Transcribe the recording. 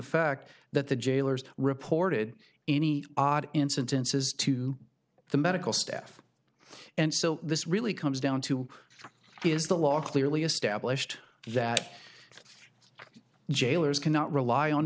fact that the jailers reported any odd instances to the medical staff and so this really comes down to is the law clearly established that jailers cannot rely on